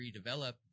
redevelop